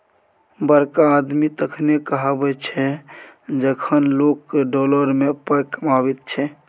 बड़का आदमी तखने कहाबै छै जखन लोक डॉलर मे पाय कमाबैत छै